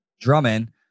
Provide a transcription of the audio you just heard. Drummond